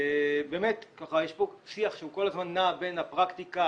באמת יש פה שיח שנע כל הזמן בין הפרקטיקה,